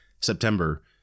September